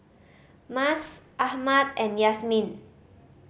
Mas Ahmad and Yasmin